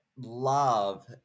love